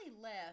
left